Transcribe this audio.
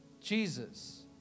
Jesus